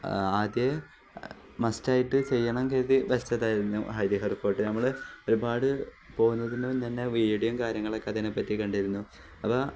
ആദ്യം മസ്റ്റായിട്ട് ചെയ്യണമെന്നു കരുതി വച്ചതായിരുന്നു ഹരിഹർ ഫോര്ട്ട് നമ്മള് ഒരുപാടു പോകുന്നതിനുമുന്നെ തന്നെ വീഡിയോയും കാര്യങ്ങളൊക്കെ അതിനെപ്പറ്റിക്കണ്ടിരുന്നു അപ്പോള്